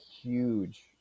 huge